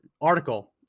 article